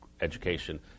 education